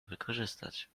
wykorzystać